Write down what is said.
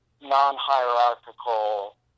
non-hierarchical